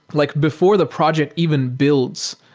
like before the project even builds,